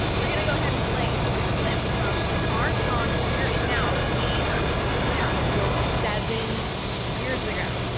we're gonna go ahead and play a clip from our song here and now that we put out into the world seven years ago, okay,